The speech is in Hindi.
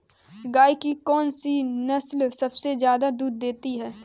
गाय की कौनसी नस्ल सबसे ज्यादा दूध देती है?